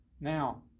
Now